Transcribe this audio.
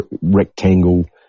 rectangle